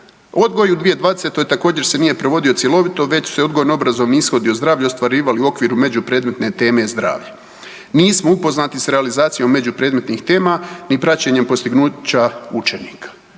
odgoj. U 2020. također se nije provodio cjelovito već su se odgojno obrazovni ishodi o zdravlju ostvarivali u okviru među predmetne teme zdravlje. Nismo upoznati sa realizacijom među predmetnih tema ni praćenjem postignuća učenika.